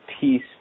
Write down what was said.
peace